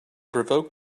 provoked